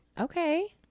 okay